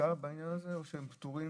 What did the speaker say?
חקיקה בעניין הזה או שהם פטורים,